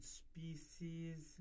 species